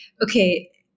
okay